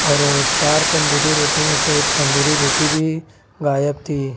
اور چار تندروری روٹی میں سے ایک تندوری روٹی بھی غائب تھی